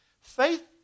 faith